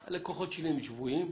הלקוחות שלי הם שבויים,